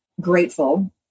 grateful